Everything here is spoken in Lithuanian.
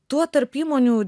tuo tarp įmonių